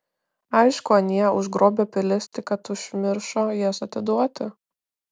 aišku anie užgrobę pilis tik kad užmiršo jas atiduoti